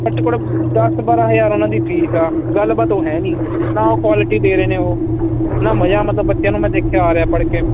ਘੱਟੋ ਘੱਟ ਦਸ ਤੋਂ ਬਾਰ੍ਹਾਂ ਹਜ਼ਾਰ ਉਹਨਾਂ ਦੀ ਫੀਸ ਆ ਗੱਲਬਾਤ ਉਹ ਹੈ ਨਹੀਂ ਨਾ ਉਹ ਕੁਆਲਿਟੀ ਦੇ ਰਹੇ ਨੇ ਉਹ ਨਾ ਮਜ਼ਾ ਮਤਲਬ ਬੱਚਿਆਂ ਨੂੰ ਮੈਂ ਦੇਖਿਆ ਆ ਰਿਹਾ ਪੜ੍ਹ ਕੇ